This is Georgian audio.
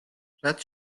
რაც